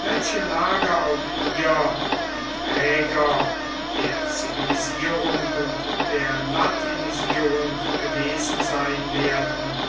welche lager auch hier die träger der zivilisierung und der latinisierung gewesen sein werden